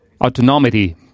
autonomy